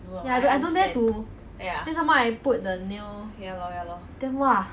I don't dare to then some more I put the nail then !wah!